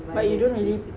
but you don't really